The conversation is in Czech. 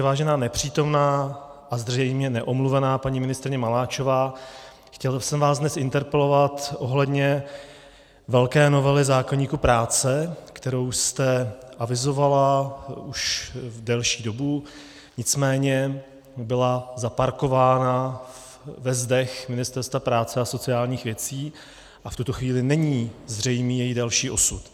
Vážená nepřítomná a zřejmě neomluvená paní ministryně Maláčová, chtěl jsem vás dnes interpelovat ohledně velké novely zákoníku práce, kterou jste avizovala už delší dobu, nicméně byla zaparkována ve zdech Ministerstva práce a sociálních věcí a v tuto chvíli není zřejmý její další osud.